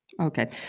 Okay